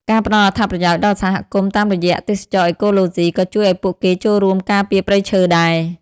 ការផ្តល់អត្ថប្រយោជន៍ដល់សហគមន៍តាមរយៈទេសចរណ៍អេកូឡូស៊ី ក៏ជួយឲ្យពួកគេចូលរួមការពារព្រៃឈើដែរ។